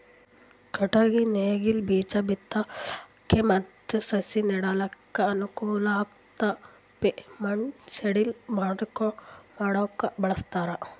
ಕಟ್ಟಗಿ ನೇಗಿಲ್ ಬೀಜಾ ಬಿತ್ತಲಕ್ ಮತ್ತ್ ಸಸಿ ನೆಡಲಕ್ಕ್ ಅನುಕೂಲ್ ಆಗಪ್ಲೆ ಮಣ್ಣ್ ಸಡಿಲ್ ಮಾಡಕ್ಕ್ ಬಳಸ್ತಾರ್